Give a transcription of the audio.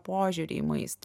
požiūrį į maistą